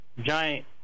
giant